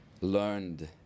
learned